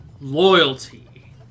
loyalty